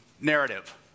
narrative